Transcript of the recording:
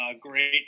Great